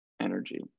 energy